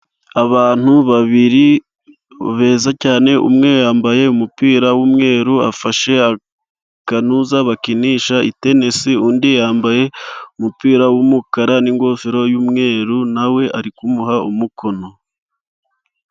Abantu babiri beza cyane umwe yambaye umupira w'umweru afashe akanuza bakinisha itenesi undi yambaye umupira w'umukara n'ingofero y'umweru nawe ari kumuha umukono.